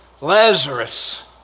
Lazarus